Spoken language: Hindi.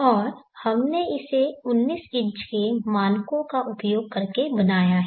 और हमने इसे 19 इंच के मानकों का उपयोग करके बनाया है